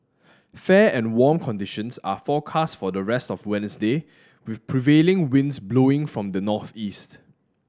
fair and warm conditions are forecast for the rest of Wednesday with prevailing winds blowing from the northeast